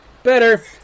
better